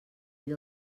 ell